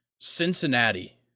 Cincinnati